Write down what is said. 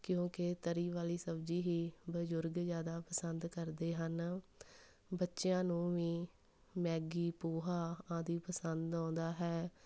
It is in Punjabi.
ਕਿਉਂਕਿ ਤਰੀ ਵਾਲੀ ਸਬਜ਼ੀ ਹੀ ਬਜ਼ੁਰਗ ਜ਼ਿਆਦਾ ਪਸੰਦ ਕਰਦੇ ਹਨ ਬੱਚਿਆਂ ਨੂੰ ਵੀ ਮੈਗੀ ਪੋਹਾ ਆਦਿ ਪਸੰਦ ਆਉਂਦਾ ਹੈ